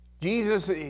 Jesus